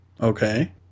Okay